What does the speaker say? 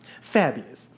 Fabulous